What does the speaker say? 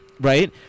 Right